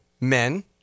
men